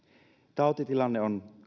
tautitilanne on